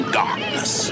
darkness